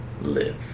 Live